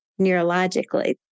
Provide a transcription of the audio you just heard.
neurologically